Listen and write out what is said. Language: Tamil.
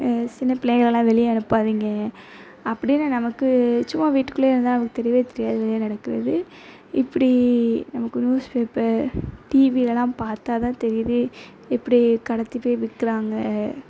சின்ன பிள்ளைங்களலாம் வெளியே அனுப்பாதீங்க அப்படின்னு நமக்கு சும்மா வீட்டுக்குள்ளேயே இருந்தால் நமக்கு தெரியவே தெரியாது வெளியே நடக்கிறது இப்படி நமக்கு நியூஸ் பேப்பர் டிவியிலலாம் பார்த்தால் தான் தெரியுது எப்படி கடத்தி போய் விற்கிறாங்க